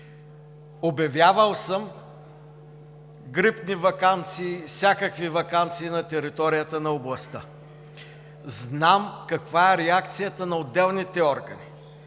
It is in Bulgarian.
Обявявал съм грипни ваканции, всякакви ваканции на територията на областта. Знам каква е реакцията на отделните органи